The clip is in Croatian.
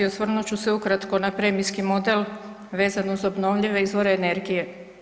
Osvrnut ću se ukratko na premijski model vezano uz obnovljive izvore energije.